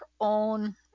own